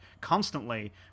constantly